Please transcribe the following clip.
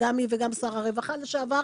גם היא וגם שר הרווחה לשעבר,